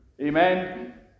amen